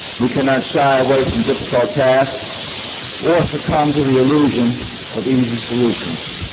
we cannot shy away from difficult tasks or succumb to the illusion of easy solutions.